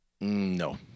No